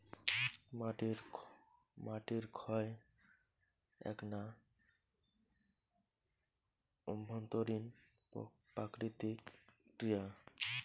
মাটির ক্ষয় এ্যাকনা অভ্যন্তরীণ প্রাকৃতিক ক্রিয়া